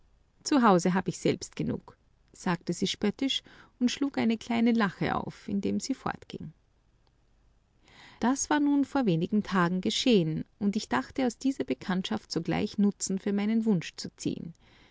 zu hause habe ich selbst genug sagte sie spöttisch und schlug eine kleine lache auf indem sie fortging das war nur vor wenigen tagen geschehen und ich gedachte aus dieser bekanntschaft sogleich nutzen für meinen wunsch zu ziehen